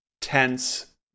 tense